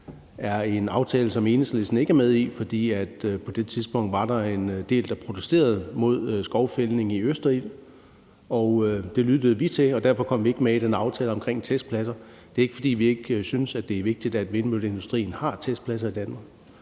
er en aftale, som Enhedslisten ikke er med i, for på det tidspunkt var der en del, der protesterede mod skovfældning i Østerild, og det lyttede vi til, og derfor kom vi ikke med i den aftale om testpladser. Det er ikke, fordi vi ikke synes, det er vigtigt, at vindmølleindustrien har testpladser i Danmark.